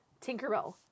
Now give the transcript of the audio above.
Tinkerbell